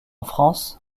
france